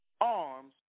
arms